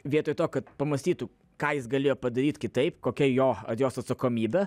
vietoj to kad pamąstytų ką jis galėjo padaryt kitaip kokia jo ar jos atsakomybė